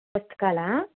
పుస్తకాలా